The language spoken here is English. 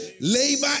Labor